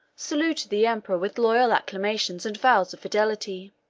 saluted the emperor with loyal acclamations and vows of fidelity.